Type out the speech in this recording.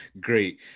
Great